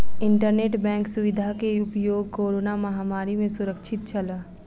internet bank सुविधा के उपयोग कोरोना महामारी में सुरक्षित छल